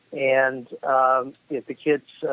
and um the kids,